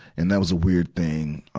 and that was a weird thing.